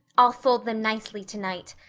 i'll fold them nicely tonight.